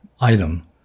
item